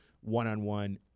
one-on-one